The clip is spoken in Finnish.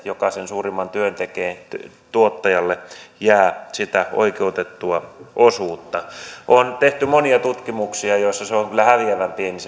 sen suurimman työn tekee tuottajalle jää sitä oikeutettua osuutta on tehty monia tutkimuksia joiden mukaan se tuottajan osuus on kyllä häviävän pieni